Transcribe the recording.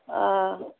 ಆ